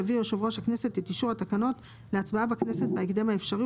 יביא יושב ראש הכנסת את אישור התקנות להצבעה בכנסת בהקדם האפשרי,